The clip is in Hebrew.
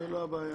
זו בדיוק הבעיה